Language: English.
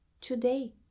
today